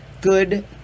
good